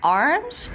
arms